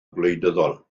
gwleidyddol